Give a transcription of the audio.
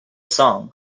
song